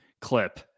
clip